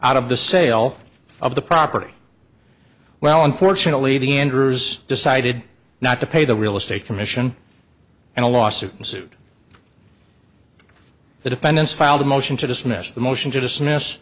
out of the sale of the property well unfortunately the ender's decided not to pay the real estate commission and a lawsuit sued the defendants filed a motion to dismiss the motion to dismiss